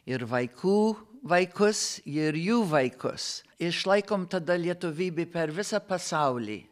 ir vaikų vaikus ir jų vaikus išlaikom tada lietuvybė per visą pasaulį